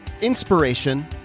inspiration